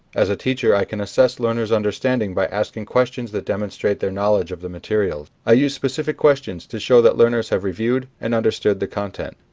as a teacher i can assess learners' understanding by asking questions that demonstrate their knowledge of the materials. i use specific questions to show that learners have reviewed and understood the content.